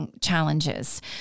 challenges